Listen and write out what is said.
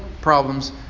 problems